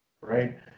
Right